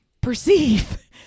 perceive